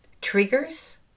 Triggers